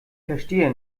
verstehe